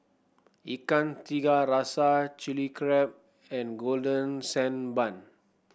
Ikan Tiga Rasa Chili Crab and Golden Sand Bun